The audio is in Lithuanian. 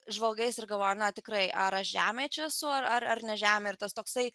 žvalgais ir galvoju tikrai ar aš žemėj čia esu ar ar ne žemė ir tas toksai